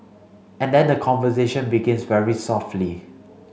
and then the conversation begins very softly